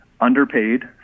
underpaid